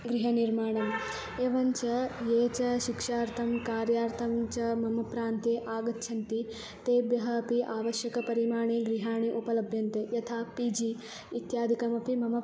गृहनिर्माणं एवञ्च ये च शिक्षार्थं कार्यार्थं च मम प्रान्ते आगच्छन्ति तेभ्यः अपि आवश्यक परिमाणे गृहाणि उपलभ्यन्ते यथा पि जि इत्यादिकमपि मम